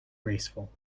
graceful